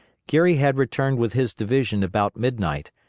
geary had returned with his division about midnight,